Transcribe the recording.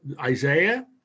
Isaiah